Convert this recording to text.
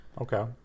Okay